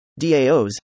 DAOs